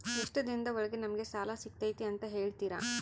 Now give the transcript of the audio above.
ಎಷ್ಟು ದಿನದ ಒಳಗೆ ನಮಗೆ ಸಾಲ ಸಿಗ್ತೈತೆ ಅಂತ ಹೇಳ್ತೇರಾ?